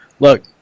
Look